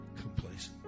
complacent